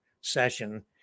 session